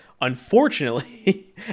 Unfortunately